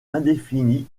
indéfini